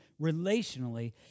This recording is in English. relationally